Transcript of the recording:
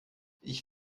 ich